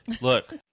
look